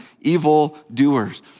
evildoers